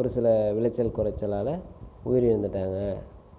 ஒரு சில விளைச்சல் குறைச்சலால உயிரிழந்துட்டாங்க